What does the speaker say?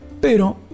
pero